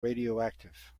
radioactive